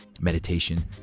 meditation